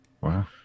Wow